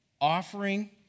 offering